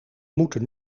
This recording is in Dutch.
moeten